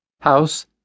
house